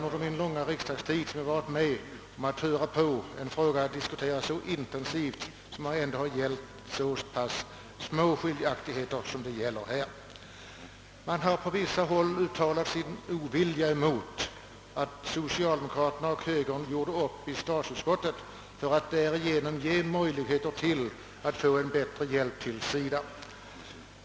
Under min långa riksdagstid är det sällan jag hört en fråga, som gällt så små skiljaktigheter, diskuteras så intensivt. På vissa håll har man uttalat sin ovilja mot att socialdemokraterna och högern gjorde upp i statsutskottet för att därigenom ge möjligheter till bättre hjälp åt SIDA.